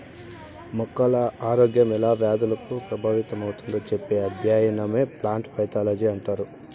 మొక్కల ఆరోగ్యం ఎలా వ్యాధులకు ప్రభావితమవుతుందో చెప్పే అధ్యయనమే ప్లాంట్ పైతాలజీ అంటారు